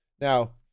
Now